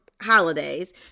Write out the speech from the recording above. holidays